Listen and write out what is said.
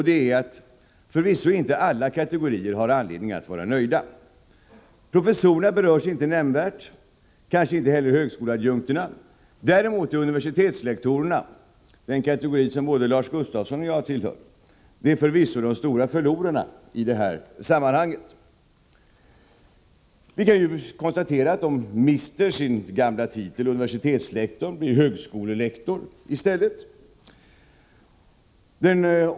Det är förvisso inte alla kategorier som har anledning att vara nöjda med det här förslaget. Professorerna berörs inte nämnvärt, och kanske inte heller högskoleadjunkterna. Däremot berörs universitetslektorerna, den kategori som både Lars Gustafsson och jag tillhör. Vi är förvisso de stora förlorarna i det här sammanhanget. Vi kan konstatera att universitetslektorerna mister sin gamla titel, universitetslektor, och blir högskolelektorer i stället.